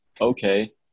okay